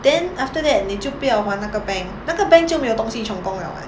then after that 你就不要还那个 bank 那个 bank 就没有东西充公 liao [what]